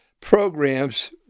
programs